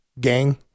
gang